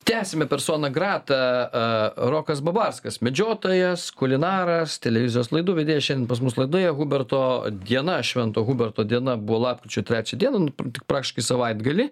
tęsiame persona grata rokas babarskas medžiotojas kulinaras televizijos laidų vedėjas šiandien pas mus laidoje huberto diena švento huberto diena buvo lapkričio trečią dieną nu tik praktiškai savaitgalį